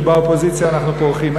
שבאופוזיציה אנחנו פורחים,